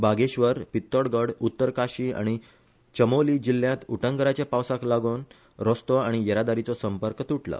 बागेश्वर Pithoragarh Uttarkashi आनी चमोली जिल्लयात उटंगराच्या पावसाक लागोवन रस्तो आनी येरादारीचो संपर्क तुटला